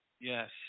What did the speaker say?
Yes